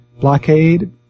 blockade